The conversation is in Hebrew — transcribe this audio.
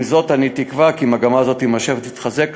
ועם זאת אני תקווה כי מגמה זו תימשך ותתחזק.